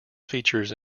features